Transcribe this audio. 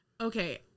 Okay